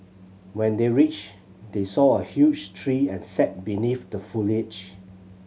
when they reached they saw a huge tree and sat beneath the foliage